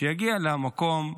שיגיע למקום,